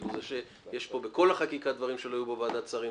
יש פה בכל החקיקה דברים שלא היו בוועדת שרים,